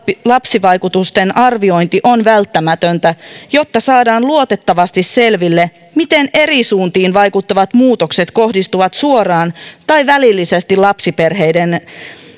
lapsivaikutusten arviointi on välttämätöntä jotta saadaan luotettavasti selville miten eri suuntiin vaikuttavat muutokset kohdistuvat suoraan tai välillisesti lapsiperheiden